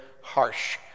harsh